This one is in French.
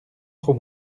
trop